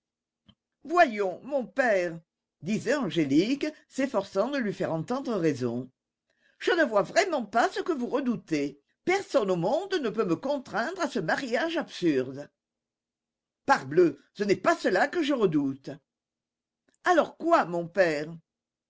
voyons mon père disait angélique s'efforçant de lui faire entendre raison je ne vois vraiment pas ce que vous redoutez personne au monde ne peut me contraindre à ce mariage absurde parbleu ce n'est pas cela que je redoute alors quoi mon père